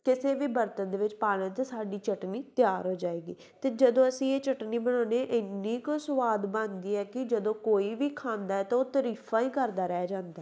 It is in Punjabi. ਕਿਸੇ ਵੀ ਬਰਤਨ ਦੇ ਵਿੱਚ ਪਾਉਣਾ ਅਤੇ ਸਾਡੀ ਚਟਨੀ ਤਿਆਰ ਹੋ ਜਾਏਗੀ ਅਤੇ ਜਦੋਂ ਅਸੀਂ ਇਹ ਚਟਨੀ ਬਣਾਉਂਦੇ ਇੰਨੀ ਕੁ ਸਵਾਦ ਬਣਦੀ ਹੈ ਕਿ ਜਦੋਂ ਕੋਈ ਵੀ ਖਾਂਦਾ ਤਾਂ ਉਹ ਤਾਰੀਫਾਂ ਹੀ ਕਰਦਾ ਰਹਿ ਜਾਂਦਾ ਹੈ